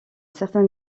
certain